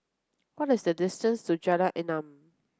what is the distance to Jalan Enam